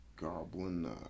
goblin